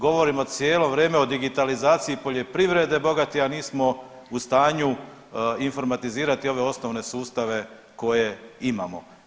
Govorimo cijelo vrijeme o digitalizaciji poljoprivrede bogati, a nismo u stanju informatizirati ove osnovne sustave koje imamo.